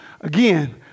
Again